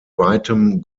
weitem